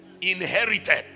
Inherited